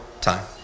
time